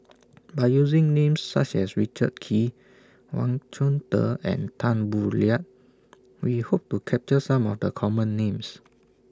By using Names such as Richard Kee Wang Chunde and Tan Boo Liat We Hope to capture Some of The Common Names